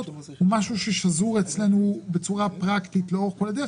הוא משהו ששזור אצלנו לאורך כל הדרך.